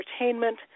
entertainment